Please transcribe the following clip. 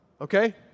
okay